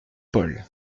paul